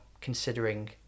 considering